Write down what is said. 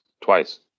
twice